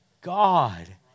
God